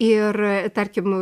ir tarkim